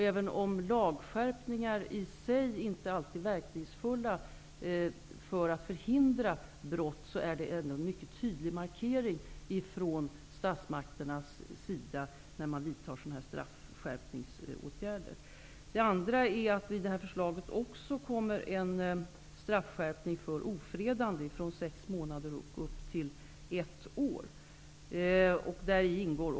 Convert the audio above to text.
Även om lagskärpningar i sig inte förhindrar brott, är det en tydlig markering från statsmakternas sida när sådana här straffskärpningsåtgärder vidtas. Även en straffskärpning vid ofredande -- från sex månader upp till ett år -- ingår i förslaget.